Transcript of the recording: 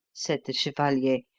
said the chevalier,